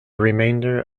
remainder